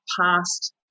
past